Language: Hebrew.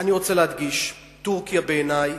אני רוצה להדגיש, טורקיה בעיני,